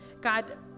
God